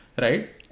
right